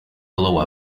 below